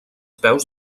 peus